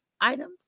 items